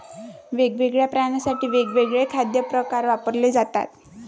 वेगवेगळ्या प्राण्यांसाठी वेगवेगळे खाद्य प्रकार वापरले जातात